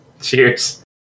Cheers